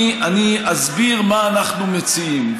אני אסביר מה אנחנו מציעים.